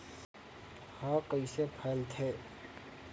ह कइसे फैलथे?